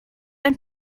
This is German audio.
ein